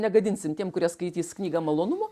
negadinsim tiem kurie skaitys knygą malonumo